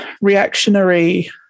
reactionary